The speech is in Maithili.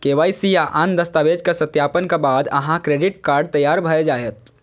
के.वाई.सी आ आन दस्तावेजक सत्यापनक बाद अहांक क्रेडिट कार्ड तैयार भए जायत